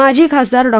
माजी खासदार डॉ